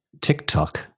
TikTok